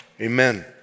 amen